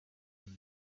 and